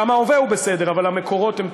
גם ההווה הוא בסדר, אבל המקורות הם טובים.